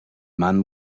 man